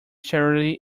charity